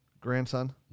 grandson